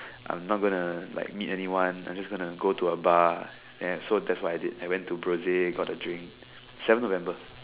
I'm not gonna like meet anyone I'm just gonna go to a bar so that's what I did I went to broaden and got a drink seven November